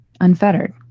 unfettered